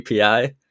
API